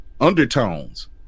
undertones